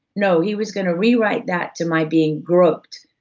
no, he was gonna rewrite that to my being groped.